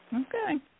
Okay